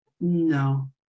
no